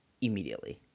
immediately